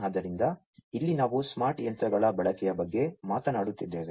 ಆದ್ದರಿಂದ ಇಲ್ಲಿ ನಾವು ಸ್ಮಾರ್ಟ್ ಯಂತ್ರಗಳ ಬಳಕೆಯ ಬಗ್ಗೆ ಮಾತನಾಡುತ್ತಿದ್ದೇವೆ